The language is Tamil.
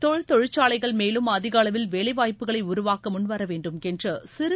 தோல் தொழிற்சாலைகள் மேலும் அதிக அளவில் வேலைவாய்ப்புகளை உருவாக்க முன்வர வேண்டும் என்றுசிறு